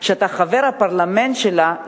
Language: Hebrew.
שאתה חבר הפרלמנט שלה,